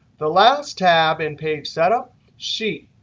the last tab in page setup sheet.